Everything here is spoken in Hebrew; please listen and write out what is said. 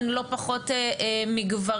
הן לא פחות מגברים,